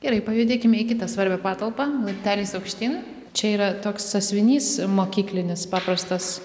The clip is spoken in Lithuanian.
gerai pajudėkime į kitą svarbią patalpą laipteliais aukštyn čia yra toks sąsiuvinys mokyklinis paprastas